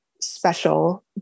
special